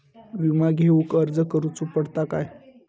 विमा घेउक अर्ज करुचो पडता काय?